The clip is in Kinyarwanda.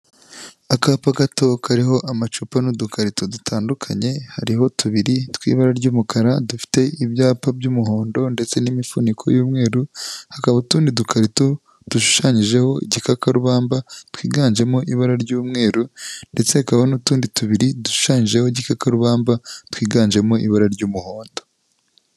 Akapa gato kariho amacupa n'udukarito dutandukanye, hariho tubiri tw'ibara ry'umukara dufite ibyapa by'umuhondo ndetse n'imifuniko y'umweru, hakaba utundi dukarito dushushanyijeho igikakarubamba twiganjemo ibara ry'umweru, ndetse hakaba n'utundi tubiri dushushanyijeho igikakarubamba twiganjemo ibara ry'umuhondo.